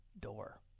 door